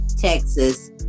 Texas